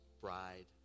bride